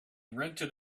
rented